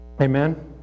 Amen